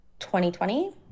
2020